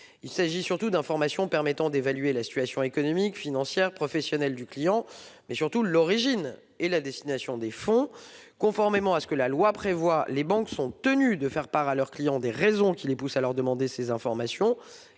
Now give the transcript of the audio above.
Il s'agit surtout d'informations permettant d'évaluer la situation économique, financière et professionnelle du client, ainsi que l'origine et la destination des fonds. En principe, conformément à ce que la loi prévoit, les banques sont tenues de faire part à leurs clients des raisons qui les poussent à leur demander ces informations